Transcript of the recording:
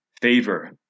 Favor